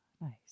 Nice